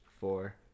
four